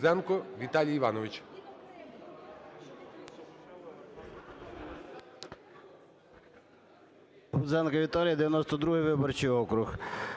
Гудзенко Віталій Іванович.